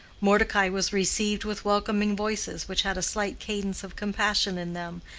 mordecai was received with welcoming voices which had a slight cadence of compassion in them,